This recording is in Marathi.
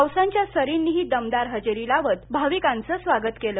पावसांच्या सरींनीही दमदार हजेरी लावत भाविकांचं स्वागत केलं